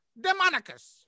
Demonicus